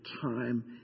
time